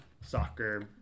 soccer